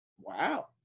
Wow